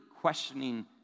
questioning